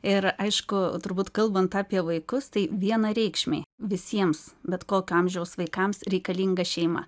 ir aišku turbūt kalbant apie vaikus tai vienareikšmiai visiems bet kokio amžiaus vaikams reikalinga šeima